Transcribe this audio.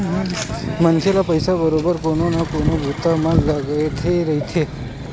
मनखे ल पइसा बरोबर कोनो न कोनो बूता म लगथे रहिथे